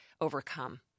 overcome